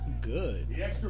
good